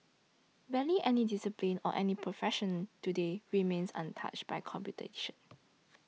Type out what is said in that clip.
barely any discipline or any profession today remains untouched by computation